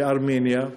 בארמניה.